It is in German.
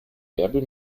bärbel